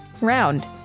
Round